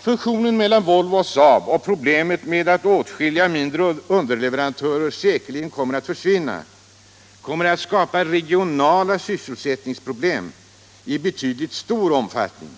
Fusionen mellan Volvo och SAAb och problemet med att åtskilliga mindre underleverantörer säkerligen kommer att försvinna kommer att skapa regionala sysselsättningsproblem i betydande omfattning.